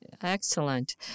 Excellent